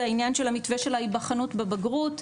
זה עניין של ההיבחנות בבגרות,